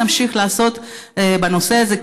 נמשיך לעשות בנושא הזה,